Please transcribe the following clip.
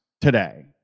today